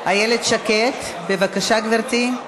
איילת שקד, בבקשה, גברתי,